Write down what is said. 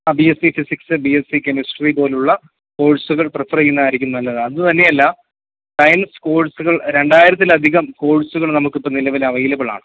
ആ B Sc physics B Sc chemistry പോലുള്ള കോഴ്സുകൾ പ്രിഫർ ചെയ്യുന്നതായിരിക്കും നല്ലത് അതുതന്നെയല്ല സയൻസ് കോഴ്സുകൾ രണ്ടായിരത്തിലധികം കോഴ്സുകൾ നമുക്ക് ഇപ്പം നിലവിൽ അവൈലബിൾ ആണ്